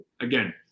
again